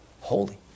holy